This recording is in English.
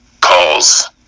calls